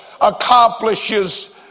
accomplishes